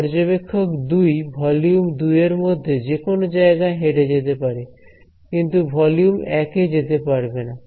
পর্যবেক্ষক 2 ভলিউম 2 এরমধ্যে যেকোনো জায়গায় হেঁটে যেতে পারে কিন্তু ভলিউম 1 এ যেতে পারবেনা